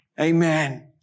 amen